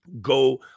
Go